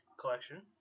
collection